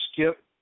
Skip